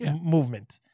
movement